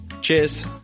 Cheers